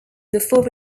before